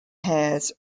hairs